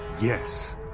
Yes